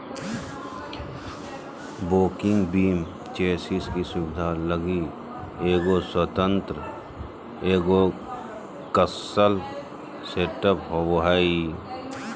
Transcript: walking beam chassis की सुबिधा लगी एगो स्वतन्त्र एगोक्स्ल सेटअप होबो हइ